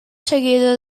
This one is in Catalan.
seguidor